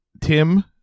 tim